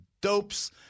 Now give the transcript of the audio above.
dopes